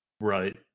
Right